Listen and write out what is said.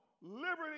liberty